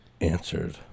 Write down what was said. answered